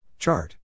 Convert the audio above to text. Chart